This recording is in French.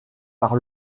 par